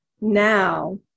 Now